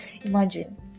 Imagine